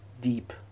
deep